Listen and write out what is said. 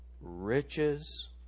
riches